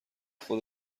خود